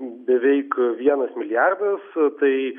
beveik vienas milijardas tai